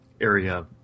area